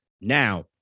Now